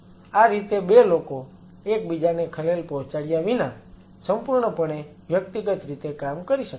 આ રીતે 2 લોકો એકબીજાને ખલેલ પહોંચાડ્યા વિના સંપૂર્ણપણે વ્યક્તિગત રીતે કામ કરી શકે છે